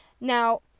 Now